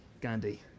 Gandhi